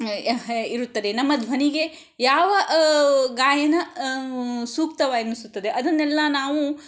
ಇರುತ್ತದೆ ನಮ್ಮ ಧ್ವನಿಗೆ ಯಾವ ಗಾಯನ ಸೂಕ್ತ ಎನಿಸುತ್ತದೆ ಅದನ್ನೆಲ್ಲ ನಾವು